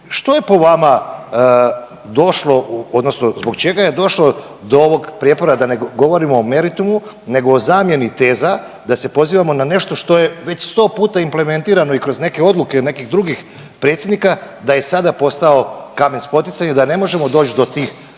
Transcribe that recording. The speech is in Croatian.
Što je po vama došlo odnosno zbog čega je došlo do ovog prijepora da ne govorimo o meritumu nego o zamjeni teza, da se pozivamo na nešto što je već 100 puta implementirano i kroz neke odluke nekih drugih predsjednika da je sad postao kamen spoticanja i da ne možemo doći do tih